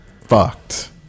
fucked